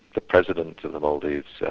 the president of the maldives,